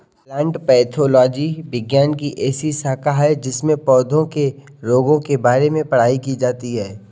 plant pathology विज्ञान की ऐसी शाखा है जिसमें पौधों के रोगों के बारे में पढ़ाई की जाती है